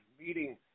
meeting